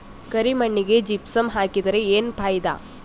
ಕರಿ ಮಣ್ಣಿಗೆ ಜಿಪ್ಸಮ್ ಹಾಕಿದರೆ ಏನ್ ಫಾಯಿದಾ?